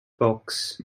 box